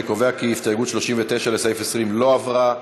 אני קובע כי הסתייגות 39, לסעיף 20, לא התקבלה.